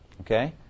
okay